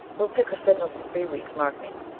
we'll pick her signals in three weeks, mark me!